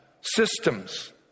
systems